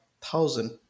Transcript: thousand